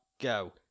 go